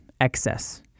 excess